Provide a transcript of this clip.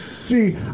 see